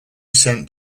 sent